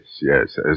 yes